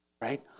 right